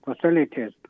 facilities